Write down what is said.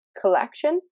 collection